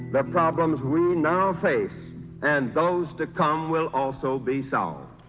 the problems we now face and those to come will also be solved.